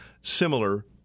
similar